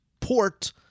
Port